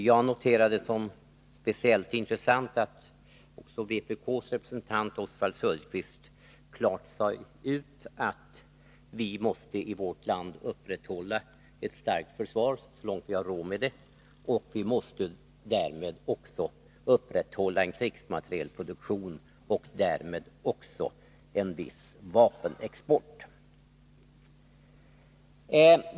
Jag noterade som speciellt intressant att också vpk:s representant, Oswald Söderqvist, klart sade ut att vi i vårt land måste upprätthålla ett starkt försvar, så långt vi har råd med det, och att vi därmed måste upprätthålla en krigsmaterielproduktion och därmed även en viss vapenexport.